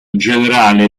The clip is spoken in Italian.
generale